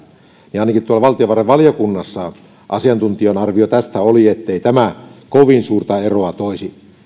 niin ainakin valtiovarainvaliokunnassa asiantuntijan arvio tästä oli ettei tämä kovin suurta eroa toisi